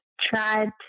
tried